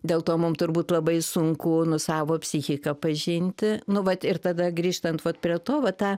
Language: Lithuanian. dėl to mum turbūt labai sunku nu savo psichiką pažinti nu vat ir tada grįžtant vat prie to va ta